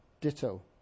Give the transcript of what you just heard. ditto